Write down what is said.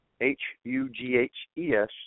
h-u-g-h-e-s